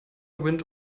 wind